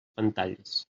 pantalles